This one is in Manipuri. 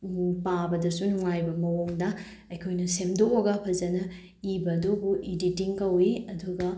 ꯄꯥꯕꯗꯁꯨ ꯅꯨꯡꯉꯥꯏꯕ ꯃꯑꯣꯡꯗ ꯑꯩꯈꯣꯏꯅ ꯁꯦꯝꯗꯣꯛꯂꯒ ꯐꯖꯅ ꯏꯕ ꯑꯗꯨꯕꯨ ꯑꯣꯗꯣꯇꯤꯡ ꯀꯧꯏ ꯑꯗꯨꯒ